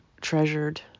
treasured